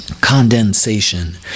condensation